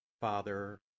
Father